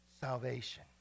salvation